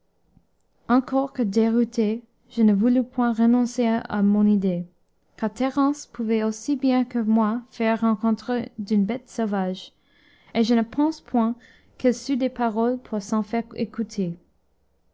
encore que dérouté je ne voulus point renoncer à mon idée car thérence pouvait aussi bien que moi faire rencontre d'une bête sauvage et je ne pense point qu'elle sût des paroles pour s'en faire écouter